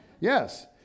Yes